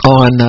on